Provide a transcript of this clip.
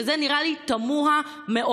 שזה נראה לי תמוה מאוד.